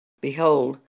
Behold